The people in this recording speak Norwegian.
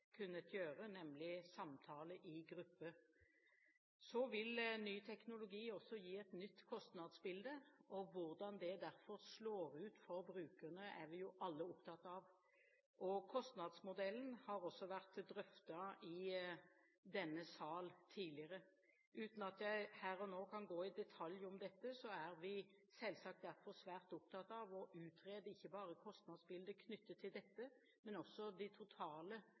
nemlig samtaler i gruppe. Så vil ny teknologi også gi et nytt kostnadsbilde, og hvordan det slår ut for brukerne, er vi jo alle opptatt av. Kostnadsmodellen har også vært drøftet i denne sal tidligere. Uten at jeg her og nå kan gå i detalj om dette, er vi selvsagt svært opptatt av å utrede ikke bare kostnadsbildet knyttet til dette, men også de totale